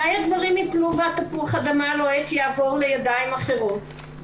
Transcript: מתי הדברים יפלו ותפוח האדמה הלוהט יעבור לידיים אחרות?